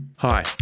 Hi